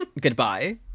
goodbye